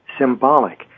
symbolic